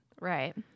Right